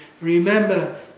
Remember